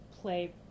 play